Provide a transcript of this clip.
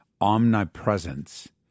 omnipresence